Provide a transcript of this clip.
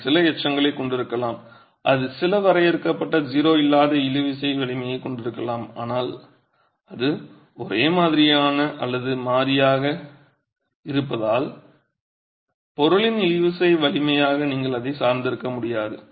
இது சில எச்சங்களைக் கொண்டிருக்கலாம் அது சில வரையறுக்கப்பட்ட 0 அல்லாத இழுவிசை வலிமையைக் கொண்டிருக்கலாம் ஆனால் அது ஒரே மாதிரியான அல்லது மாறியாக இருப்பதால் பொருளின் இழுவிசை வலிமையாக நீங்கள் அதைச் சார்ந்திருக்க முடியாது